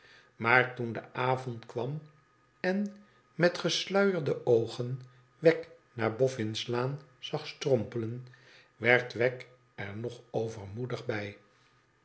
maar toen de avond kwam en met gesluierde oogen wegg naar boffin's laan zag strompelen werd wegg er nog overmoedig bij